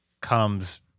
comes